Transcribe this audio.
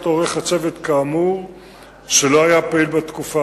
שלא פעל בשלוש השנים